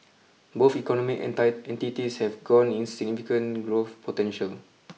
both economic entire entities have got significant growth potential